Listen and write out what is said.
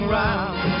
round